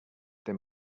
they